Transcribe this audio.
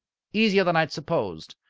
easier than i had supposed.